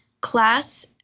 class